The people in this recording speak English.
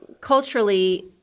culturally